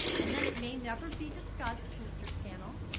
and then it may never be discussed, mr. scannell,